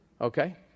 okay